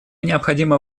необходимо